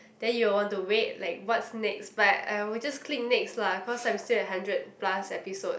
then you will want to wait like what's next but I will just click next lah cause I'm still at hundred plus episode